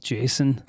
Jason